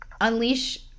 unleash